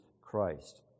Christ